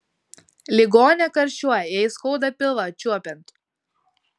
ligonė karščiuoja jai skauda pilvą čiuopiant